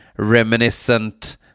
reminiscent